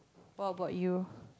what about you